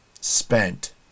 spent